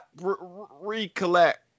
recollect